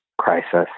crisis